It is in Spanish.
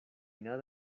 nada